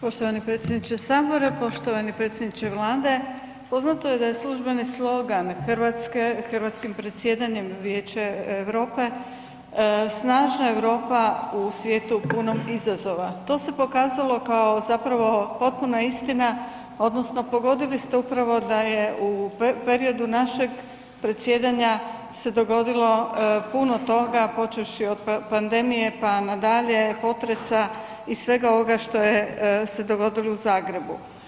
Poštovani predsjedniče sabora, poštovani predsjedniče Vlade poznato je da je službeni sloga Hrvatske hrvatskim predsjedanjem Vijeću Europe „snažna Europa u svijetu punom izazova“ to se pokazalo kao zapravo potpuna istina odnosno pogodili ste upravo da je u periodu našeg predsjedanja se dogodilo puno toga počevši od pandemije pa nadalje potresa i svega ovoga što je dogodilo se u Zagrebu.